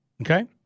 Okay